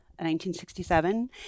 1967